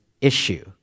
issue